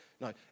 No